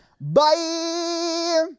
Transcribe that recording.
Bye